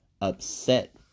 upset